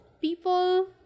People